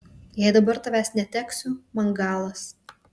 jei dabar tavęs neteksiu man galas